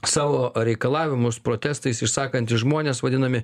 savo reikalavimus protestais išsakantys žmonės vadinami